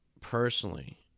personally